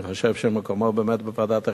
אני חושב שמקומן באמת בוועדת החינוך,